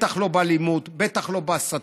בטח לא באלימות, בטח לא בהסתה.